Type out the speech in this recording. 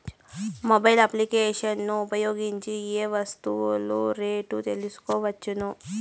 Mobile applications ను ఉపయోగించి ఏ ఏ వస్తువులు రేట్లు తెలుసుకోవచ్చును?